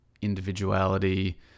individuality